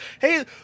hey